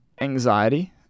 anxiety